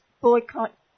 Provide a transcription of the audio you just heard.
boycott